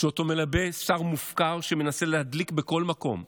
ואותו מלבה שר מופקר, שמנסה להדליק בכל מקום,